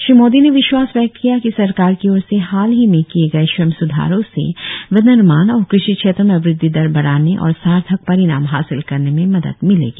श्री मोदी ने विश्वास व्यक्त किया कि सरकार की ओर से हाल ही में किए गए श्रम सुधारों से विनिर्माण और कृषि क्षेत्रों में वृद्धि दर बढाने और सार्थक परिणाम हासिल करने में मदद मिलेगी